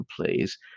please